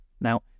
Now